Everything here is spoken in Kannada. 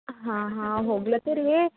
ಹಾಂ ಹಾಂ ಹೋಗ್ಲತ್ತೀರಿ ರೀ